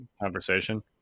conversation